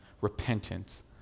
repentance